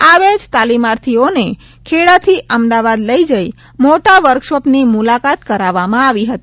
આ બેચ તાલીમાર્થીઓને ખેડાથી અમદાવાદ લઇ જઇ મોટા વર્કશોપની મુલાકાત કરાવવામાં આવી હતી